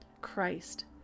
Christ